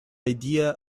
idea